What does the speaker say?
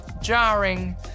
jarring